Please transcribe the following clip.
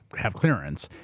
have clearance,